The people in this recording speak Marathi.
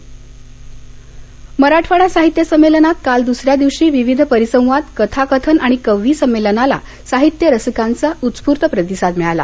लानर मराठवाडा साहित्य संमेलनात काल दूसऱ्या दिवशी विविध परिसंवाद कथाकथन आणि कविसंमेलनाला साहित्य रसिकांचा उस्फूर्त प्रतिसाद मिळाला